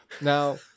Now